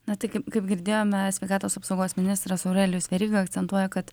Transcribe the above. na tik kaip girdėjome sveikatos apsaugos ministras aurelijus veryga akcentuoja kad